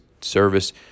service